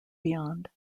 beyond